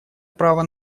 право